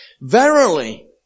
Verily